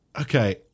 Okay